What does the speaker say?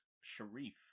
Sharif